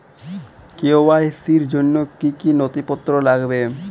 KYC র জন্য কি কি নথিপত্র লাগবে?